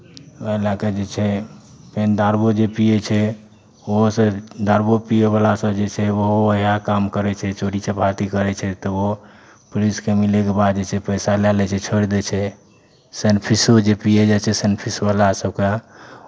ओहि लऽ कऽ जे छै फेर दारुओ जे पियै छै ओहो से दारुओ पियैवला से जे छै ओहो इएह काम करै छै चोरी चपाटी करै छै तऽ ओहो पुलिसके मिलयके बाद जे छै पैसा लऽ लै छै छोड़ि दै छै सेनफिशो जे पियै जाइ छै सेनफिशवला सभके